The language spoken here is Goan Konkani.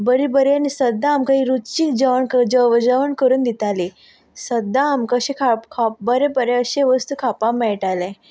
बरें बरें आनी सद्दां आमकां एक रुचीक जेवण करून जेवण करून दिताली सद्दां आमी कशी खावप खावप बरें बरें अशी वस्त खावपा मेयटालें